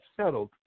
settled